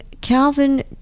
Calvin